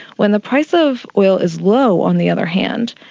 when the price of oil is low, on the other hand,